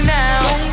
now